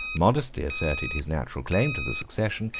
modestly asserted his natural claim to the succession,